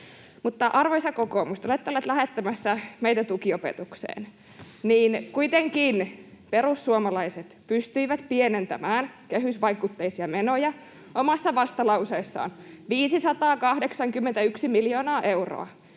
arvoisa kokoomus, kun te olette olleet lähettämässä meitä tukiopetukseen, niin kuitenkin perussuomalaiset pystyivät pienentämään kehysvaikutteisia menoja omassa vastalauseessaan 581 miljoonaa euroa.